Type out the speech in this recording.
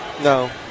no